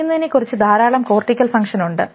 തടയുന്നതിനെ കുറിച്ച് ധാരാളം cortical function ഉണ്ട്